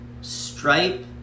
stripe